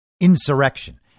insurrection